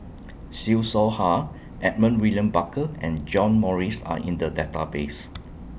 Siew Shaw Her Edmund William Barker and John Morrice Are in The Database